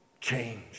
change